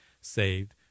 saved